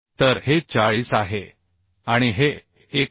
तर हे 40 आहे आणि हे 1